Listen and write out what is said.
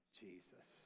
jesus